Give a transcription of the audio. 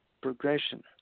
progression